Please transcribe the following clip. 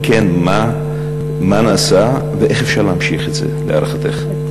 אם כן, מה נעשה ואיך אפשר להמשיך את זה, להערכתך?